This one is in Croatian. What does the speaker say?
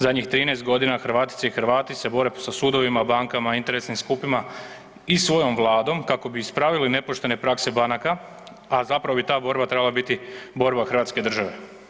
Zadnjih 13 g. Hrvatice i Hrvati se bore sa sudovima, bankama, interesnim skupinama i svojom vladom kako bi ispravili nepoštene prakse banaka a zapravo bi ta borba trebala biti borba hrvatske države.